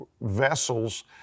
vessels